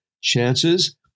chances